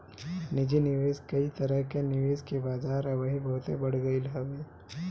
निजी निवेश कई तरह कअ निवेश के बाजार अबही बहुते बढ़ गईल हवे